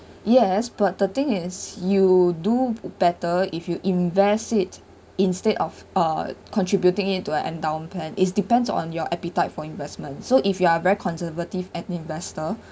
yes but the thing is you do better if you invest it instead of uh contributing it to an endowment plan it depends on your appetite for investments so if you are very conservative an investor